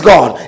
God